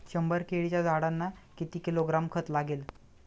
शंभर केळीच्या झाडांना किती किलोग्रॅम खत लागेल?